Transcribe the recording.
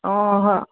অ হয়